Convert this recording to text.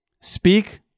speak